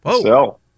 Sell